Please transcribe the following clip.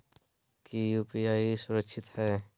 की यू.पी.आई सुरक्षित है?